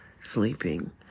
sleeping